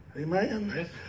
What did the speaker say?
Amen